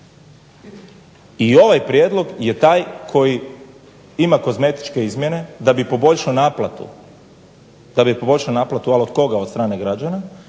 I ovaj prijedlog je taj koji ima kozmetičke izmjene da bi poboljšao naplatu. Ali od koga? Od strane građana,